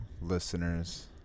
listeners